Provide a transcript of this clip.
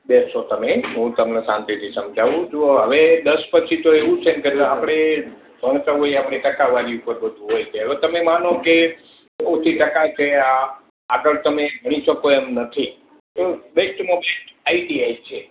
બેસો તમે હું તમને શાંતિથી સમજાવું છું હવે દસ પછી તો એવું છે ને કે આપણે ભણતાં હોઈએ આપણી ટકાવારી ઉપર બધું હોય કે હવે તમે માનો કે ઓછી ટકા થયા આગળ તમે ભણી શકો એમ નથી તો best moment I T I છે